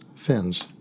fins